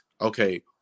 Okay